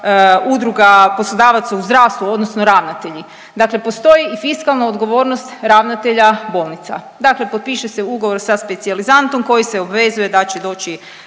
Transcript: udruga poslodavaca u zdravstvu odnosno ravnatelji, dakle postoji i fiskalna odgovornost ravnatelja bolnice, dakle potpiše se ugovor sa specijalizantom koji se obvezuje da će doći